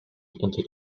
into